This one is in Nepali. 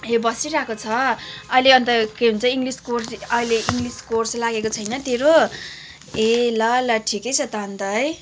ए बसिरहेको छ अहिले अन्त के भन्छ इङ्लिस कोर्स इङ्लिस कोर्स लागेको छैन तेरो ए ल ल ठिकै छ त अन्त है